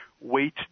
weight